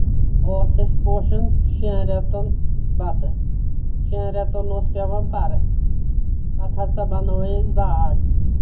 اوس اَسہِ پوشَن شیٚن رؠتن بَتہٕ شیٚن رؠتن اوس پؠوان پَرٕ پَتہٕ ہسا بنٲوے اَسہِ باغ